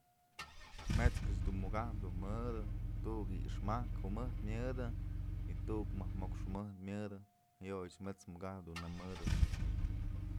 Met'skëch dun mukapë dun mëdë tu'uk i'ix majk jumëjtë myëdë y tu'uk majk mox jumëjtë myëdë jayoyëch met'sk mukakap dun na mëdë.